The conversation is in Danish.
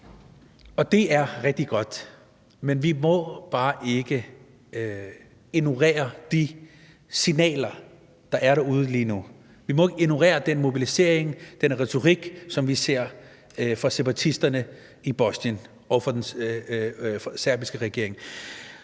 Det er rigtig godt, men vi må bare ikke ignorere de signaler, der er derude lige nu. Vi må ikke ignorere den mobilisering, den retorik, som vi ser fra separatisterne i Bosnien og fra den serbiske regering.